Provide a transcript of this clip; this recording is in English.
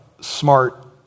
Smart